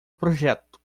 projeto